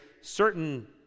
certain